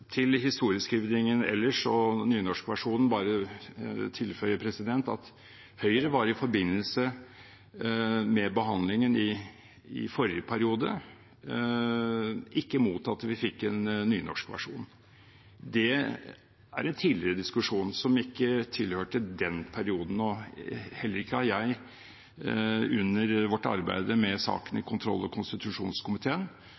til historieskrivningen ellers og nynorskversjonen bare tilføye at Høyre var i forbindelse med behandlingen i forrige periode ikke imot at vi fikk en nynorskversjon. Det er en tidligere diskusjon, som ikke tilhørte den perioden, og heller ikke har jeg under vårt arbeid med saken